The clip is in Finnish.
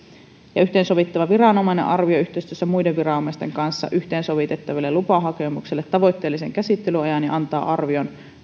yhteensovittava viranomainen arvioi yhteistyössä muiden viranomaisten kanssa yhteensovitettaville lupahakemuksille tavoitteellisen käsittelyajan ja antaa arvion